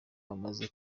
bamaze